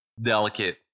delicate